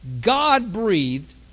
God-breathed